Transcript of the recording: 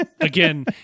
Again